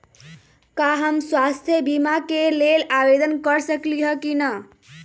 का हम स्वास्थ्य बीमा के लेल आवेदन कर सकली ह की न?